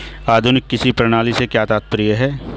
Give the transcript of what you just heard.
आधुनिक कृषि प्रणाली से क्या तात्पर्य है?